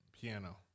Piano